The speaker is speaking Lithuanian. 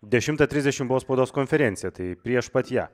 dešimtą trisdešimtbuvo spaudos konferencija tai prieš pat ją